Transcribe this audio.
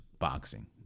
boxing